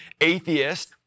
atheist